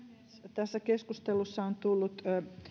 tässä keskustelussa on tullut